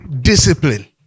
discipline